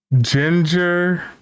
Ginger